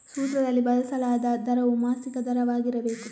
ಸೂತ್ರದಲ್ಲಿ ಬಳಸಲಾದ ದರವು ಮಾಸಿಕ ದರವಾಗಿರಬೇಕು